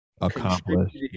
accomplished